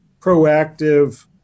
proactive